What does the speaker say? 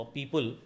People